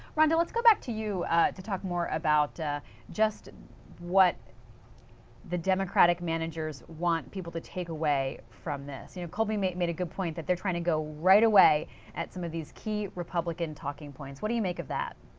rhonda, let's go back to you to talk more about just what the democratic managers want people to take away, from this. you know colby made a good point that they are trying to go right away at some of these key republican talking points. what do you make of that?